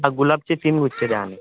हां गुलाबाचे तीन गुच्छ द्या आणि